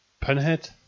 Pinhead